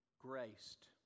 graced